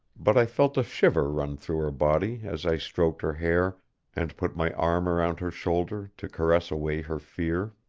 but i felt a shiver run through her body as i stroked her hair and put my arm around her shoulder to caress away her fear.